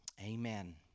amen